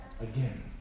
again